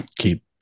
keep